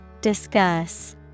Discuss